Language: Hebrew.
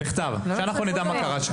זה יהיה בכתב כדי שנדע מה קרה שם.